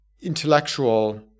intellectual